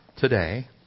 Today